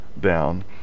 down